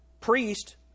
priest